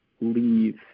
leave